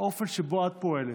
האופן שבו את פועלת,